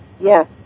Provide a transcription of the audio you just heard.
Yes